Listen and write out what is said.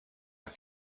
are